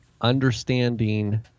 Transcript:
understanding